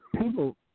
People